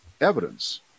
evidence